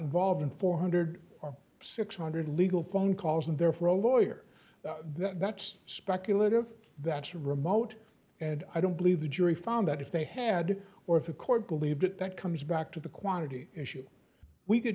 involved in four hundred or six hundred legal phone calls in there for a lawyer that's speculative that's remote and i don't believe the jury found that if they had or if a court believed that comes back to the quantity issue we could